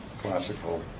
classical